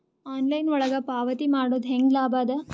Online ಒಳಗ ಪಾವತಿ ಮಾಡುದು ಹ್ಯಾಂಗ ಲಾಭ ಆದ?